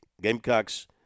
Gamecocks